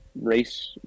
race